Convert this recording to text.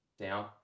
down